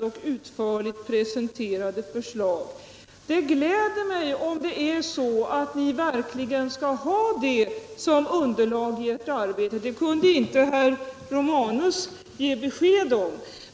och utförligt presenterade. Det gläder mig om ni verkligen skulle ha dem som underlag i ert arbete. Det kunde inte herr Romanus ge besked om.